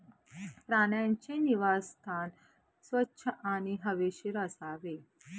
प्राण्यांचे निवासस्थान स्वच्छ आणि हवेशीर असावे